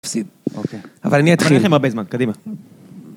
אוקיי. אבל אני אתחיל... אבל אין לכם הרבה זמן, קדימה.